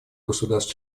государств